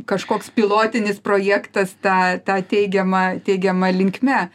kažkoks pilotinis projektas ta ta teigiama teigiama linkme